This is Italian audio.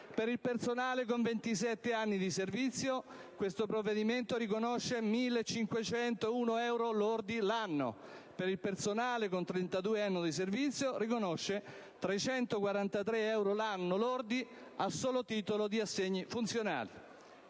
per il personale con 27 anni di servizio il provvedimento riconosce 1501 euro lordi l'anno; per il personale con 32 anni di servizio riconosce 343 euro lordi l'anno a solo titolo di assegni funzionali.